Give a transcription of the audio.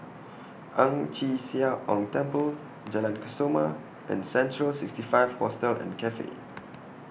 Ang Chee Sia Ong Temple Jalan Kesoma and Central sixty five Hostel and Cafe